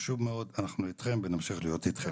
חשוב מאוד, אנחנו אתכם ונמשיך להיות אתכם.